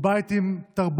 הוא בית עם תרבות,